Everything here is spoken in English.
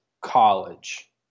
college